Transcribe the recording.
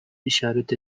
işaret